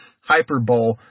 hyperbole